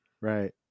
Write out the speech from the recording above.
Right